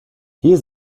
hier